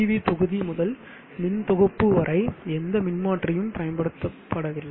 we தொகுதி முதல் மின் தொகுப்பு வரை எந்த மின்மாற்றியும் பயன்படுத்தப்படவில்லை